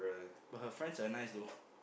but her friends are nice though